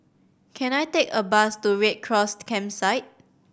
can I take a bus to Red Cross Campsite